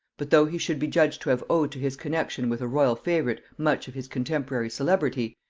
but though he should be judged to have owed to his connexion with a royal favorite much of his contemporary celebrity,